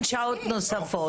פתאום אין שעות נוספות.